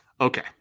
Okay